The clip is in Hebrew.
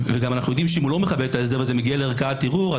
ואנחנו גם יודעים שאם הוא לא מכבד את ההסדר וזה מגיע לערכאת הערעור,